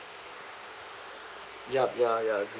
yup ya ya